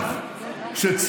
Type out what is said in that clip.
חברת הכנסת שטרית.